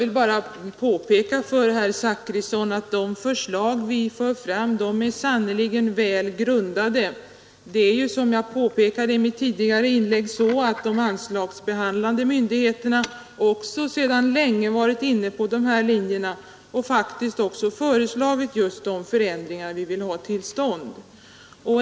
Fru talman! Jag vill bara påpeka för herr Zachrisson att de förslag vi för fram sannerligen är väl grundade. Som jag framhöll i mitt tidigare inlägg har de anslagsbehandlande myndigheterna sedan länge varit inne på dessa linjer och faktiskt föreslagit just de förändringar vi vill ha till stånd.